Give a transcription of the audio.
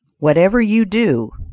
whatever you do,